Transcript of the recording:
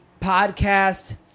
podcast